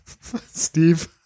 Steve